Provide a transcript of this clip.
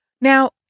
Now